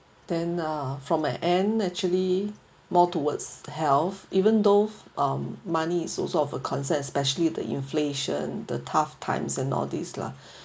then uh from my end actually more towards health even though um money is also of a concern especially the inflation the tough times and nowadays lah